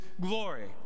glory